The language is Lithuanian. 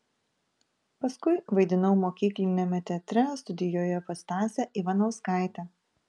paskui vaidinau mokykliniame teatre studijoje pas stasę ivanauskaitę